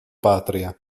patria